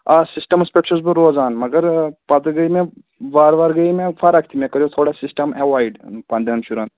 آ سِسٹَمَس پٮ۪ٹھ چھُس بہٕ روزان مگر پَتہٕ گٔیہِ مےٚ وارٕ وارٕ گٔے مےٚ فرق تہِ مےٚ کٔریو تھوڑا سِسٹَم ایوایڈ پنٛداہن شُراہن